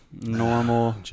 normal